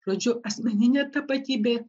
žodžiu asmeninė tapatybė